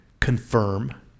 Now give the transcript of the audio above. confirm